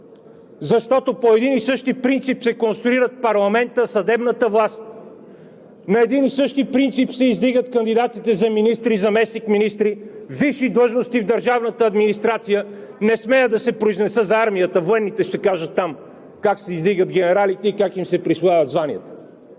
защото по един и същи принцип се конструират парламентът и съдебната власт. На един и същи принцип се издигат кандидатите за министри и заместник-министри, висши длъжности в държавната администрация – не смея да се произнеса за армията, военните ще кажат там как се издигат генералите и как им се присвояват званията.